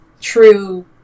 true